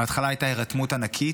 בהתחלה הייתה הירתמות ענקית,